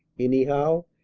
anyhow,